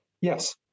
Yes